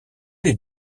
les